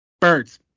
Birds